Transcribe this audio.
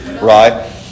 Right